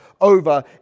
over